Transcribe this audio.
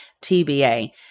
TBA